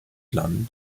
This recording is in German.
clan